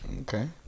Okay